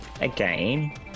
again